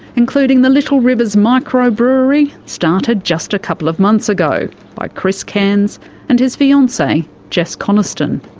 including the little rivers microbrewery, started just a couple of months ago by chris cairns and his fiancee jess coniston.